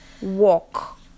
walk